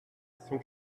cent